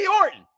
Orton